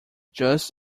just